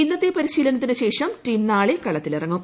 ഇന്നത്തെ പരിശീലനത്തിനുശേഷം ടീം നാളെ കളത്തിലിറങ്ങും